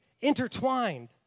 intertwined